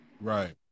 Right